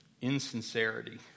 Insincerity